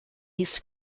his